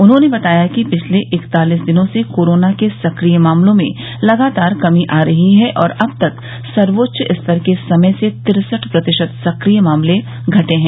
उन्होंने बताया कि पिछले इकतालिस दिनों से कोरोना के सक्रिय मामलों में लगातार कमी आ रही है और अब तक सर्वोच्च स्तर के समय से तिरसठ प्रतिशत सक्रिय मामले घटे हैं